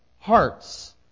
hearts